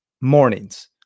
mornings